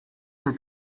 for